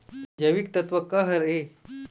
जैविकतत्व का हर ए?